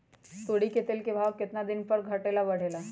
तोरी के तेल के भाव केतना दिन पर घटे ला बढ़े ला?